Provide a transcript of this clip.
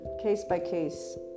case-by-case